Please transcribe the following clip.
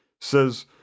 says